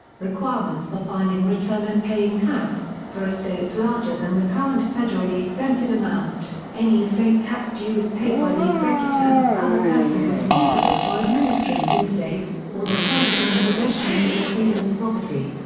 requirements for filing return and paying tax for estates larger than the current federally exempted amount, any estate tax due is paid by the executor, other person responsible for administering the estate, or the person in possession of the decedent's property.